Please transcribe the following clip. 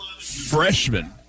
freshman